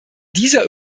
dieser